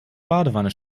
badewanne